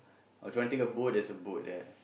or if you wanna take a boat there's a boat there